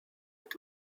est